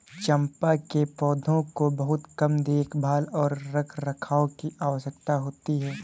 चम्पा के पौधों को बहुत कम देखभाल और रखरखाव की आवश्यकता होती है